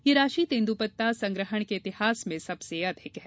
यह राशि तेंद्रपत्ता संग्रहण के इतिहास में सबसे अधिक है